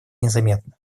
незаметно